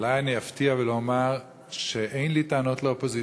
אולי אני אפתיע ואומר שאין לי טענות לאופוזיציה,